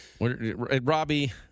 Robbie